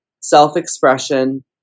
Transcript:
self-expression